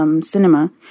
Cinema